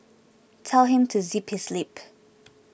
tell him to zip his lip